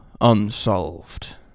unsolved